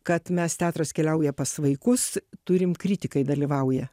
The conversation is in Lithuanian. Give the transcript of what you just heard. kad mes teatras keliauja pas vaikus turim kritikai dalyvauja